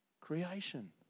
creation